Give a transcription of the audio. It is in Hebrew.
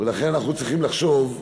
ולכן אנחנו צריכים לחשוב,